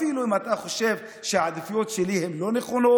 אפילו אם אתה חושב שסדר העדיפויות הוא לא נכון,